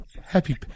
Happy